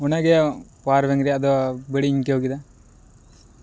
ᱚᱱᱟᱜᱮ power bank ᱨᱮᱭᱟᱜᱫᱚ ᱵᱟᱹᱲᱤᱡᱤᱧ ᱟᱹᱭᱠᱟᱹᱣ ᱠᱮᱫᱟ